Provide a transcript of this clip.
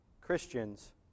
Christians